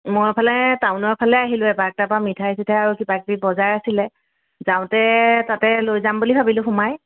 মই এইফালে টাউনৰ ফালে আহিলোঁ এবাৰ তাৰপা মিঠাই চিঠাই আৰু কিবাকিবি বজাৰ আছিলে যাওঁতে তাতে লৈ যাম বুলি ভাবিলোঁ সোমাই